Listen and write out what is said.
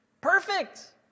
Perfect